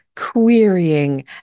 querying